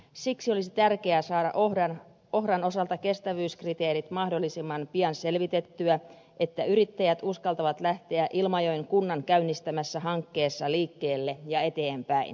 siksi olisi tärkeää saada ohran osalta kestävyyskriteerit mahdollisimman pian selvitettyä että yrittäjät uskaltavat lähteä ilmajoen kunnan käynnistämässä hankkeessa liikkeelle ja eteenpäin